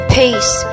peace